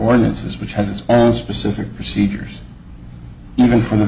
ordinances which has its own specific procedures even for the